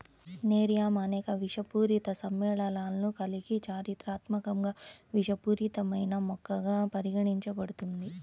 nerium అనేక విషపూరిత సమ్మేళనాలను కలిగి చారిత్రాత్మకంగా విషపూరితమైన మొక్కగా పరిగణించబడుతుంది